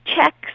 checks